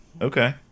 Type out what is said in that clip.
Okay